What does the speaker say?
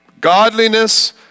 Godliness